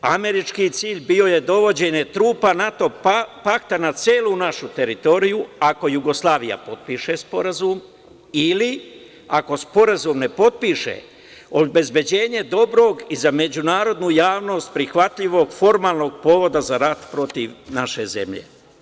Američki cilj bio je dovođenje trupa NATO pakta na celu našu teritoriju ako Jugoslavija potpiše sporazum ili ako sporazum ne potpiše, obezbeđenje dobrog i za međunarodnu javnost prihvatljivog, formalnog, povoda za rat protiv naše zemlje.